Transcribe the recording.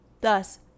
Thus